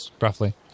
roughly